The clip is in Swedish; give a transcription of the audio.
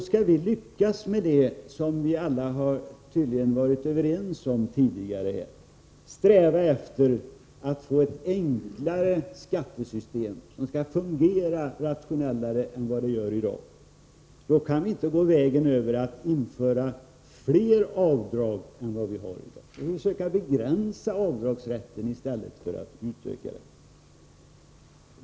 Skall vi lyckas med det som vi alla har varit överens om tidigare, att sträva efter att få ett enklare skattesystem som fungerar mera rationellt än dagens, kan vi inte införa flera avdrag. Vi skall försöka begränsa avdragsrätten i stället för att utöka den.